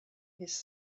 his